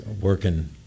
working